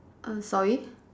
err sorry